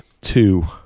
two